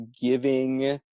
giving